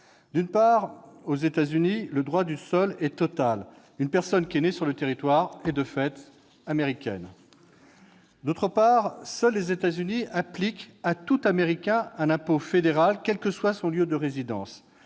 D'une part, aux États-Unis, le droit du sol est total : une personne née sur leur territoire est de fait américaine. D'autre part, seuls les États-Unis appliquent à tout Américain un impôt fédéral, quel que soit son lieu de résidence.